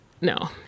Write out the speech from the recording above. No